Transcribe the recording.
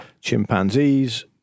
chimpanzees